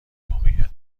موقعیت